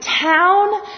town